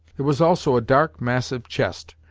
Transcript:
there was also a dark, massive chest.